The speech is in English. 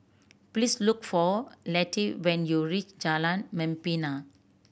please look for Letty when you reach Jalan Membina